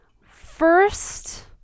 first